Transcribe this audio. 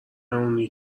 اونی